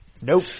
Nope